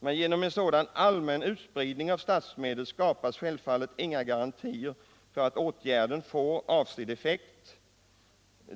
Men genom en sådan allmän utspridning av statsmedel skapas självfallet inga garantier för att åtgärden får avsedd effekt.